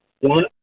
One